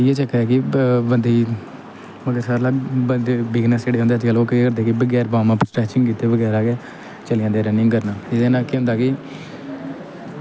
इ'यै चक्कर ऐ कि बंदे गी बंदे सारें कोला बंदे बिज़नस जेह्ड़े होंदे ओह् लोके केह् करदे कि बगैरा वार्मअप स्ट्रैचिंग कीते बगैरा गै चली जंदे रनिं करन जेह्दे कन्नै केह् होंदा कि